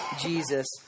Jesus